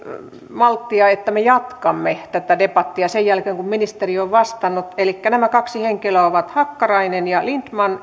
malttia me jatkamme tätä debattia sen jälkeen kun ministeri on vastannut elikkä nämä kaksi henkilöä ovat hakkarainen ja lindtman